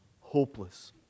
hopeless